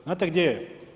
Znate gdje je?